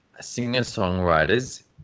singer-songwriters